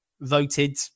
voted